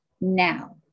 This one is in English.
now